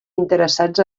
interessats